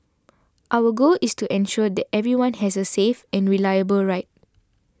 our goal is to ensure that everyone has a safe and reliable ride